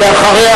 ואחריה,